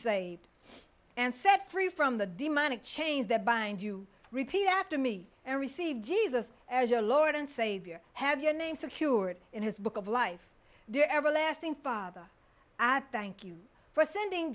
saved and set free from the demonic chains that bind you repeat after me and receive jesus as your lord and savior have your name secured in his book of life their everlasting father and thank you for sending